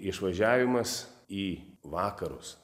išvažiavimas į vakarus